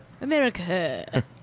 America